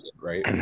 Right